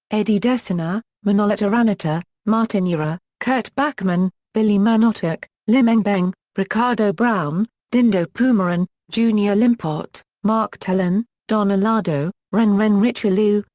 eddie decena, manolet araneta, martin urra, kurt bachmann, billy manotoc, lim eng beng, ricardo brown, dindo pumaren, jun limpot, mark telan, don allado, ren-ren ritualo,